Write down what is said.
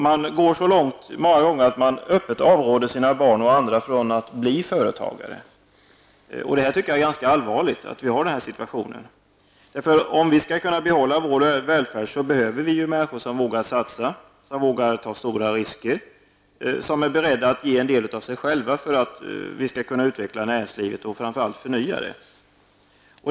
Man går många gånger så långt att man öppet avråder sina barn och andra från att bli företagare. Jag tycker att det är allvarligt att vi har den situationen. Om vi skall kunna behålla vår välfärd behöver vi människor som vågar satsa, som vågar ta stora risker, som är beredda att ge en del av sig själva för att vi skall kunna utveckla näringslivet och framför allt förnya det.